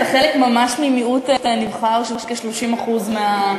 אתה חלק ממיעוט ממש נבחר של כ-30% מהחוסכים.